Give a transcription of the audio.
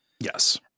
Yes